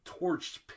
torched